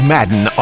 Madden